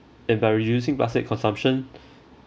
and by reducing plastic consumption